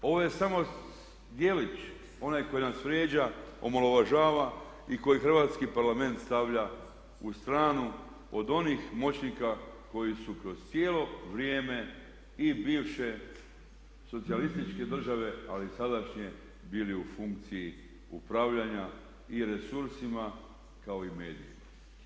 Ovo je samo djelić onaj koji nas vrijeđa, koji nas omalovažava i koji hrvatski parlament stavlja u stranu od onih moćnika koji su kroz cijelo vrijeme i bivše i socijalističke države ali i sadašnje funkcije bili u funkciji upravljanja i resursima kao i medijima.